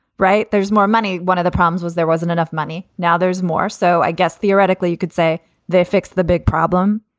right. there's more money. one of the problems was there wasn't enough money. now there's more. so i guess theoretically, you could say they fixed the big problem.